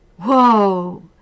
Whoa